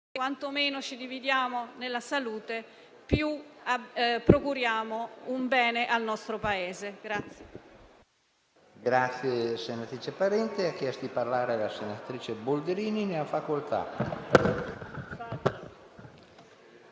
quanto meno ci dividiamo sulla salute tanto più procuriamo un bene al nostro Paese.